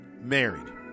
married